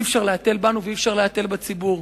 אי-אפשר להתל בנו ואי-אפשר להתל בציבור.